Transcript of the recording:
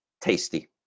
tasty